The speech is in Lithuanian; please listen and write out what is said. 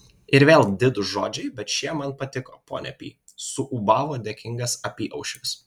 ir vėl didūs žodžiai bet šie man patiko ponia pi suūbavo dėkingas apyaušris